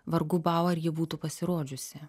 vargu bau ar ji būtų pasirodžiusi